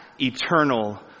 eternal